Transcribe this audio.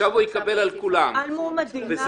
על מועמדים לעבודה.